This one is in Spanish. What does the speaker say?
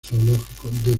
zoológico